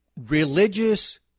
religious